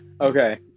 Okay